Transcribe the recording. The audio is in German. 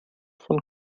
von